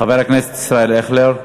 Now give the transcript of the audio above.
חבר הכנסת ישראל אייכלר,